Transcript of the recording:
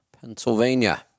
Pennsylvania